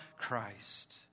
Christ